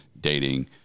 dating